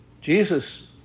Jesus